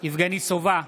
יבגני סובה,